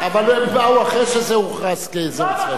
אבל הם באו אחרי שזה הוכרז כאזור צבאי.